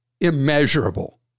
immeasurable